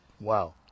wow